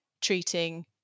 treating